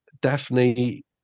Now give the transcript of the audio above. Daphne